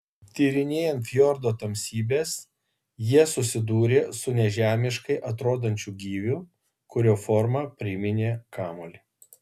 tyrinėjant fjordo tamsybes jie susidūrė su nežemiškai atrodančiu gyviu kurio forma priminė kamuolį